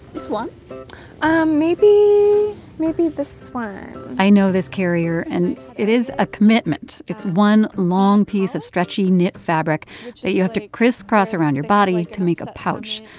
this one um maybe maybe this one i know this carrier, and it is a commitment. it's one long piece of stretchy knit fabric that you have to crisscross around your body to make a pouch.